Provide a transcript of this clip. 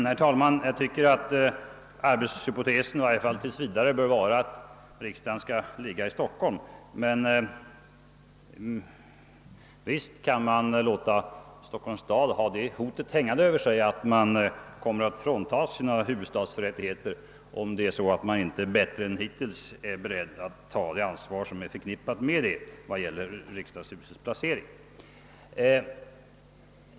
Herr talman! Jag tycker att arbetshypotesen i varje fall tills vidare bör vara att riksdagen skall ligga i Stockholm. Men visst kan Stockholms stad få ha det hotet hängande över sig, att man kommer att fråntas sina huvudstadsrättigheter om man inte bättre än hittills är beredd att ta det ansvar som är förknippat med det när det gäller riksdagshusets placering.